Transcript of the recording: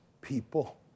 people